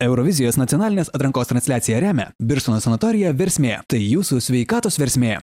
eurovizijos nacionalinės atrankos transliaciją remia birštono sanatorija versmė tai jūsų sveikatos versmė